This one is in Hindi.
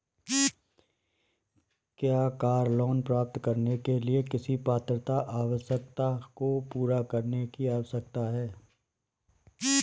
क्या कार लोंन प्राप्त करने के लिए किसी पात्रता आवश्यकता को पूरा करने की आवश्यकता है?